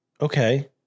Okay